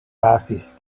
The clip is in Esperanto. pasis